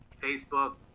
facebook